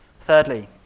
Thirdly